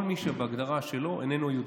כל מי שבהגדרה שלו איננו יהודי.